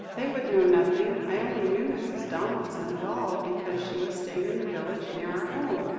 they would know nothing. i only knew mrs. donaldson at all, because she was staying in the village near our home,